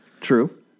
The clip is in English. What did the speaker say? True